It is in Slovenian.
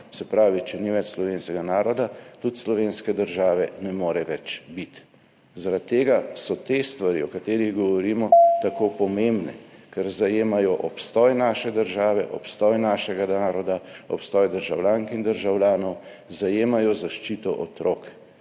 Se pravi, če ni več slovenskega naroda, tudi slovenske države ne more več biti. Zaradi tega so te stvari, o katerih govorimo, tako pomembne. Ker zajemajo obstoj naše države, obstoj našega naroda, obstoj državljank in državljanov, zajemajo zaščito otrok.